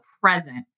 present